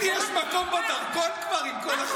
מה את עושה בחו"ל כל הזמן?